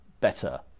better